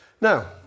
Now